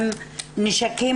כל הנשקים